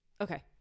Okay